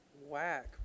Whack